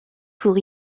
pour